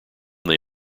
they